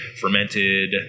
fermented